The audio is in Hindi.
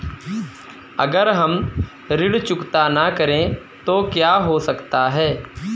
अगर हम ऋण चुकता न करें तो क्या हो सकता है?